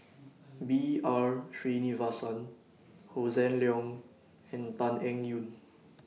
B R Sreenivasan Hossan Leong and Tan Eng Yoon